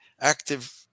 active